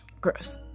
gross